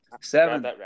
Seven